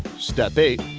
step eight.